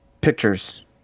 pictures